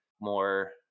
more